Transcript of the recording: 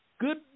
good